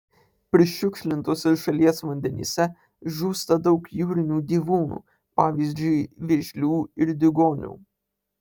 prišiukšlintuose šalies vandenyse žūsta daug jūrinių gyvūnų pavyzdžiui vėžlių ir diugonių